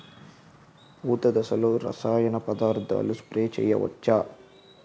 పూత దశలో రసాయన పదార్థాలు స్ప్రే చేయచ్చ?